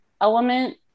element